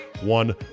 one